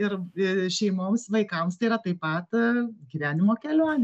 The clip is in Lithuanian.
ir šeimoms vaikams tai yra tai pat gyvenimo kelionė